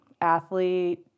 athlete